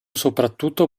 soprattutto